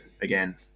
again